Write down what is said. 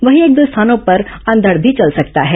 वहीं एक दो स्थानों पर अंघड भी चल सकता है